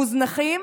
מוזנחים,